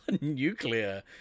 Nuclear